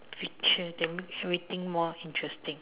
richer that mean we think more interesting